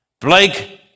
Blake